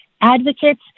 advocates